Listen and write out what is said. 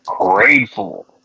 grateful